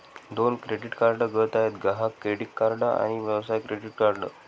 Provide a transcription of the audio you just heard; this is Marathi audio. दोन क्रेडिट कार्ड गट आहेत, ग्राहक क्रेडिट कार्ड आणि व्यवसाय क्रेडिट कार्ड